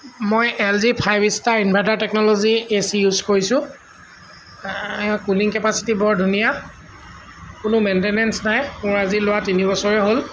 মই L G five star inverter টেকনল'জীৰ A C use কৰিছোঁ কুলিং কেপাচিটি বৰ ধুনীয়া কোনো মেইনটেনেঞ্চ নাই মোৰ আজি লোৱা তিনি বছৰেই হ'ল